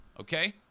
okay